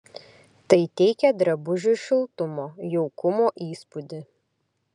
tai teikia drabužiui šiltumo jaukumo įspūdį